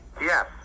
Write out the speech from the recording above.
Yes